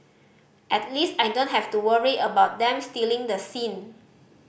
at least I don't have to worry about them stealing the scene